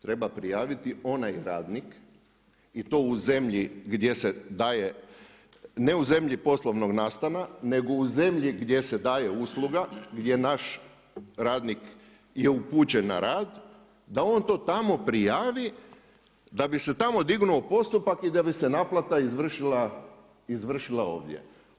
Treba prijaviti onaj radnik i to u zemlji gdje se daje, ne u zemlji poslovnog nastana nego u zemlji gdje se daje usluga, gdje naš radnik je upućen na rad, da on to tamo prijavi, da bi se tamo dignuo postupak i da bi se naplata izvršila ovdje.